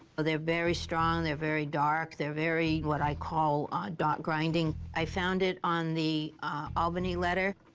ah they're very strong, they're very dark, they're very what i call dot-grinding. i found it on the albany letter,